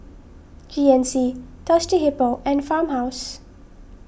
G N C Thirsty Hippo and Farmhouse